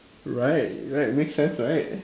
right right makes sense right